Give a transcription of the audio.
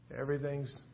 everything's